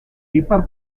ipar